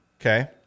okay